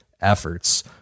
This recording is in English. efforts